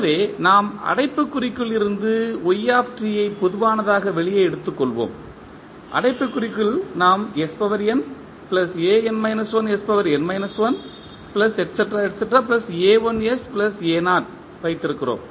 எனவே நாம் அடைப்புக்குறிக்குள் இருந்து ஐ பொதுவானதாக வெளியே எடுத்துக்கொள்வோம் அடைப்புக்குறிக்குள் நாம் வைத்திருக்கிறோம்